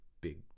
big